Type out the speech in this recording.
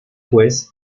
pues